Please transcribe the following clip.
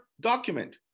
document